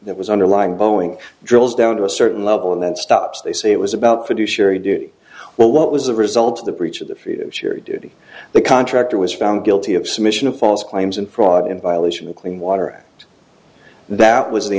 that was underlying boeing drills down to a certain level and that stops they say it was about fiduciary duty well what was the result of the breach of the fee to share duty the contractor was found guilty of submission of false claims and fraud in violation of clean water act that was the